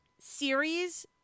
series